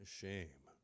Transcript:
shame